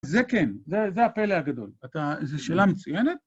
זה כן, זה הפלא הגדול. אתה... זו שאלה מצוינת?